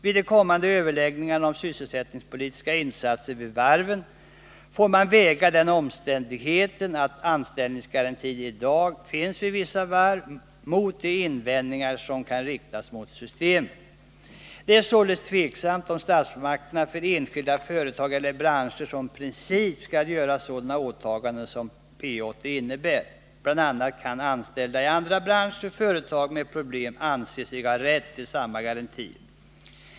Vid de kommande överläggningarna om sysselsättningspolitiska insatser vid varven får man väga den omständigheten att anställningsgarantin i dag finns vid vissa varv mot de invändningar som kan riktas mot systemet. Det är således tveksamt om statsmakterna för enskilda företag eller branscher i princip skall göra sådana åtaganden som P 80 innebär. BI. a. kan anställda i andra branscher eller företag med problem anse sig ha rätt till samma garantier.